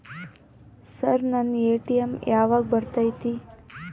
Sir ನನ್ನ ATM ಯಾವಾಗ ಬರತೈತಿ?